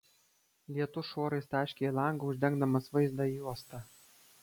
lietus šuorais taškė į langą uždengdamas vaizdą į uostą